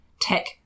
tech